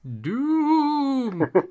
Doom